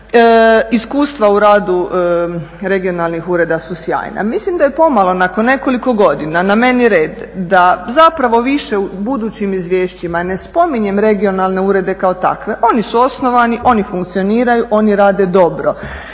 Iskustva u radu regionalnih ureda su sjajna. Mislim da je pomalo nakon nekoliko godina na meni red da u budućim izvješćima ne spominjem regionalne urede kao takve. Oni su osnovani, oni funkcioniraju, oni rade dobro.